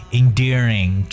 endearing